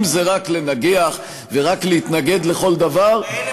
אם זה רק לנגח ורק להתנגד לכל דבר, אז אי-אפשר.